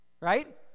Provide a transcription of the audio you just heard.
right